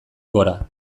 gora